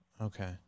Okay